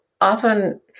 often